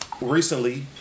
recently